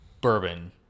bourbon